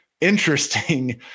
interesting